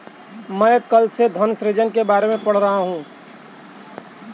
मैं कल से धन सृजन के बारे में पढ़ रहा हूँ